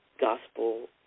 gospel